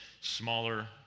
smaller